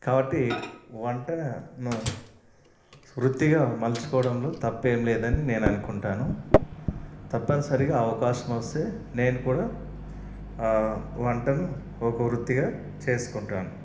కాబట్టి వంటను వృత్తిగా మలుచుకోవడంలో తప్పేం లేదని నేను అనుకుంటాను తప్పనిసరిగా అవకాశం వస్తే నేను కూడా వంటను ఒక వృత్తిగా చేసుకుంటాను